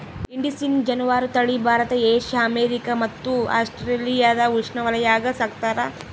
indicine ಜಾನುವಾರು ತಳಿ Bharat Asia America ಮತ್ತು ಆಸ್ಟ್ರೇಲಿಯಾದ ಉಷ್ಣವಲಯಾಗ ಸಾಕ್ತಾರ